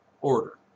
order